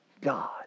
God